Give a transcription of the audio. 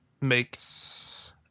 makes